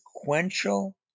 sequential